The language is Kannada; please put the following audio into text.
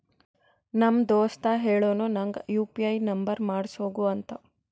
ನಮ್ ದೋಸ್ತ ಹೇಳುನು ನಂಗ್ ಯು ಪಿ ಐ ನುಂಬರ್ ಮಾಡುಸ್ಗೊ ಅಂತ